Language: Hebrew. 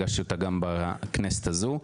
הגשתי אותה גם בכנסת הזו.